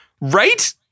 right